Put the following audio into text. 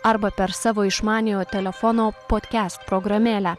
arba per savo išmaniojo telefono potkest programėlę